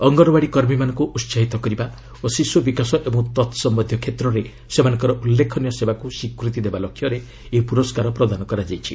ଅଙ୍ଗନୱାଡ଼ି କର୍ମୀମାନଙ୍କୁ ଉସାହିତ କରିବା ଓ ଶିଶୁ ବିକାଶ ଏବଂ ତତ୍ସମ୍ୟନ୍ଧୀୟ କ୍ଷେତ୍ରରେ ସେମାନଙ୍କର ଉଲ୍ଲେଖନୀୟ ସେବାକୁ ସ୍ୱୀକୃତି ଦେବା ଲକ୍ଷ୍ୟରେ ଏହି ପୁରସ୍କାର ପ୍ରଦାନ କରାଯାଇଛି